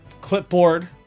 clipboard